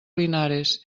linares